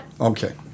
Okay